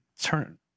turn